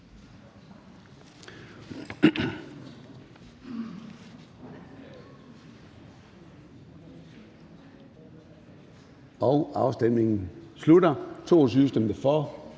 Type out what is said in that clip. Afstemningen slutter. For stemte 22